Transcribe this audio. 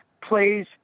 plays